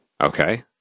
Okay